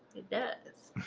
it does!